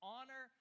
Honor